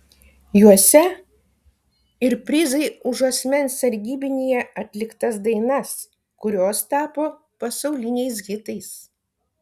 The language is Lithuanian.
juose ir prizai už asmens sargybinyje atliktas dainas kurios tapo pasauliniais hitais